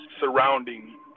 surrounding